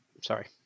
Sorry